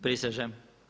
Prisežem.